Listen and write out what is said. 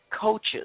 coaches